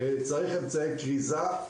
צריך אמצעי כריזה,